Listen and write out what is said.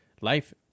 life